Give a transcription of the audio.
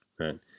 Right